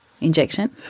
Injection